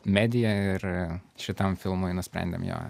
medija ir šitam filmui nusprendėm jo